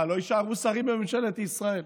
מה, לא יישארו שרים בממשלת ישראל?